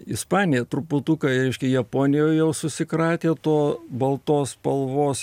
ispanija truputuką reiškia japonijoj jau susikratė to baltos spalvos